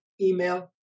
email